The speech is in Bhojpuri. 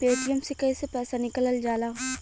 पेटीएम से कैसे पैसा निकलल जाला?